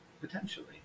potentially